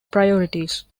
priorities